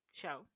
show